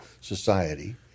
society